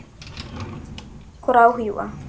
ᱠᱚᱨᱟᱣ ᱦᱩᱭᱩᱜᱼᱟ